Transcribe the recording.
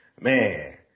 man